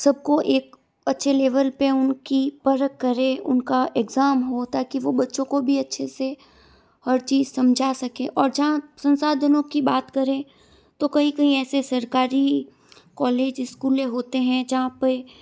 सब को एक अच्छे लेवल पर उनकी परख करे उनका एग्ज़ाम हो ताकि वह बच्चों को भी अच्छे से हर चीज़ समझा सकें और जहाँ सांसधनों की बात करें तो कहीं कहीं ऐसी सरकारी कॉलेज स्कूलें होते हैं जहाँ पर